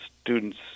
students